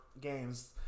games